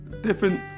different